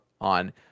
on